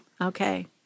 Okay